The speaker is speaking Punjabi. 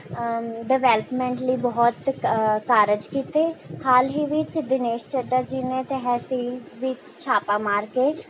ਡਿਵੈਲਪਮੈਂਟ ਲਈ ਬਹੁਤ ਕਾਰਜ ਕੀਤੇ ਹਾਲ ਹੀ ਵਿੱਚ ਦਿਨੇਸ਼ ਚੱਡਾ ਜੀ ਨੇ ਤਹਿਸੀਲ ਵਿੱਚ ਛਾਪਾ ਮਾਰ ਕੇ